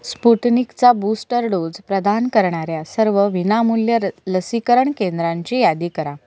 स्पुटनिकचा booster dose प्रदान करणाऱ्या सर्व विनामूल्य र लसीकरण केंद्रांची यादी करा